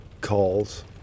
calls